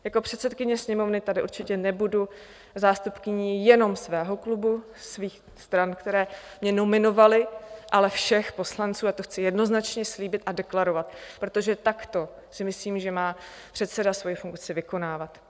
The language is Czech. Jako předsedkyně Sněmovny tady určitě nebudu zástupkyní jenom svého klubu, svých stran, které mě nominovaly, ale všech poslanců, a to chci jednoznačně slíbit a deklarovat, protože si myslím, že takto má předseda svoji funkci vykonávat.